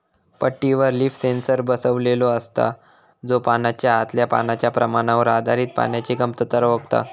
पट्टीवर leaf sensor बसवलेलो असता, जो पानाच्या आतल्या पाण्याच्या प्रमाणावर आधारित पाण्याची कमतरता ओळखता